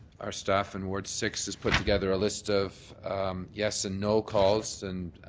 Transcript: our staff in ward six has put together a list of yes and no calls and